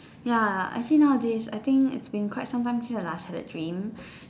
ya I see now a days I think it's been quite some time since I last had a dream